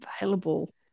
available